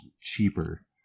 cheaper